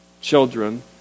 Children